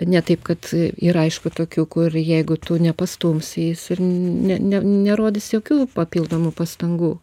ne taip kad yra aišku tokių kur jeigu tu nepastumsi jis ir ne ne nerodys jokių papildomų pastangų